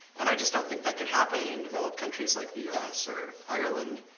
and i just don't think that can happen in developed countries like the u s. or ireland.